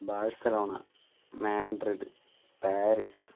Barcelona Madrid Paris